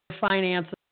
finances